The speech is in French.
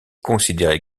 considéré